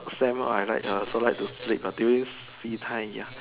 same loh I like I also like to sleep ya during free time ya